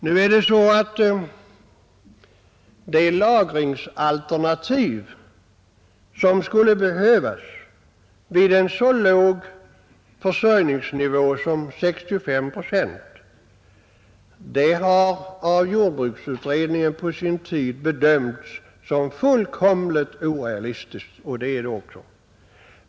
Nu är det så att det lagringsalternativ som skulle behövas vid en så låg försörjningsnivå som 65 procent har av jordbruksutredningen på sin tid bedömts som fullkomligt orealistiskt, och det är det också.